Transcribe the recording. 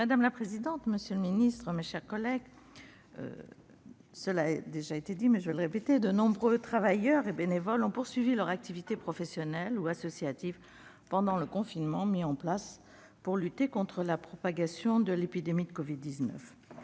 Madame la présidente, monsieur le secrétaire d'État, mes chers collègues, de nombreux travailleurs et bénévoles ont poursuivi leur activité professionnelle ou associative pendant le confinement mis en place pour lutter contre la propagation de l'épidémie de Covid-19.